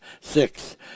six